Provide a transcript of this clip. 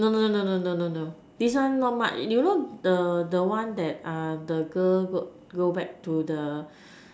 no no no no no no no this one not much you know the the one that the girl go go back to the